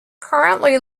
currently